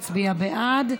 שהצביע בעד,